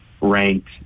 ranked